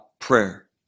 prayer